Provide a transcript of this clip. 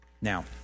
Now